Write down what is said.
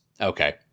Okay